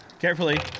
Carefully